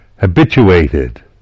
habituated